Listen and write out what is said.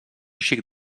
xic